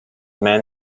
man